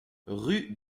rue